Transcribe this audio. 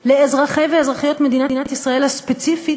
לאזרחי ואזרחיות מדינת ישראל הספציפית,